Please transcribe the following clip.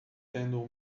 tendo